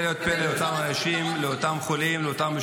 להיות פה לאותם אנשים -- דרך אגב,